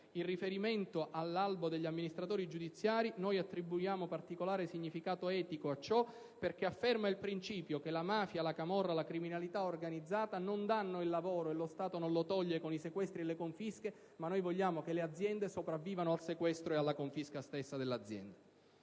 In riferimento all'albo degli amministratori giudiziari, noi attribuiamo particolare significato etico a ciò, perché afferma il principio che la mafia, la camorra e la criminalità organizzata non danno il lavoro, e lo Stato non lo toglie con i sequestri e le confische, ma vogliamo che le aziende sopravvivano al sequestro e alla confisca stessa dell'azienda.